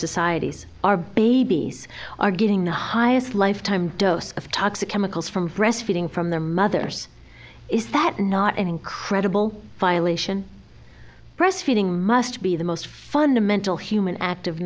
societies our babies are getting the highest lifetime dose of toxic chemicals from breast feeding from their mothers is that not an incredible violation breastfeeding must be the most fundamental human act